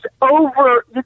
over